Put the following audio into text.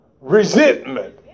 resentment